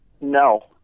No